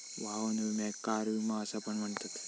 वाहन विम्याक कार विमा असा पण म्हणतत